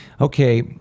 okay